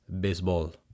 baseball